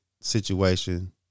situation